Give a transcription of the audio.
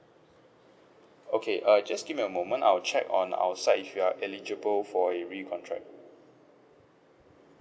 okay uh just give me a moment I'll check on our side if you are eligible for a recontract